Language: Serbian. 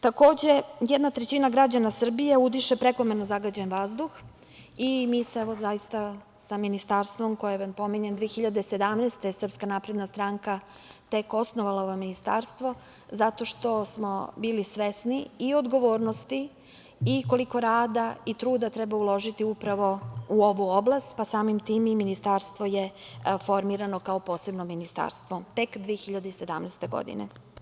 Takođe, jedna trećina građana Srbije udiše prekomerno zagađen vazduh i mi se zaista sa Ministarstvom koje vam pominjem, 2017. godine, Srpska napredna stranka je tek osnovala Ministarstvo zato što smo bili svesni i odgovornosti i koliko rada i truda treba uložiti upravo u ovu oblast, pa samim tim i Ministarstvo je formirano kao posebno ministarstvo, tek 2017. godine.